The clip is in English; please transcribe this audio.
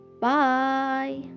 Bye